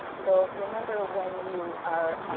so remember, when you are